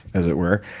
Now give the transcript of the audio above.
as it were.